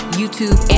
youtube